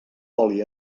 oli